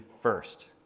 first